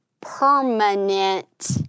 permanent